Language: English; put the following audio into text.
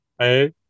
hey